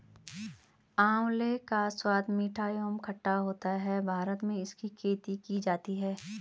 आंवले का स्वाद मीठा एवं खट्टा होता है भारत में इसकी खेती की जाती है